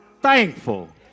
thankful